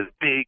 big